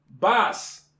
Boss